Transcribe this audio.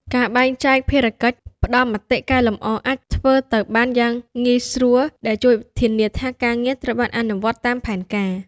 ការបែងចែកភារកិច្ច ផ្តល់មតិកែលម្អអាចធ្វើទៅបានយ៉ាងងាយស្រួល ដែលជួយធានាថាការងារត្រូវបានអនុវត្តតាមផែនការ។